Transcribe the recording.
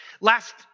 Last